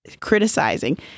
criticizing